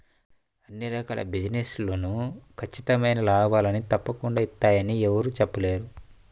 అన్ని రకాల బిజినెస్ లు ఖచ్చితమైన లాభాల్ని తప్పకుండా ఇత్తయ్యని యెవ్వరూ చెప్పలేరు